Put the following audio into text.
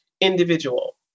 individual